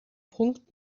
punkt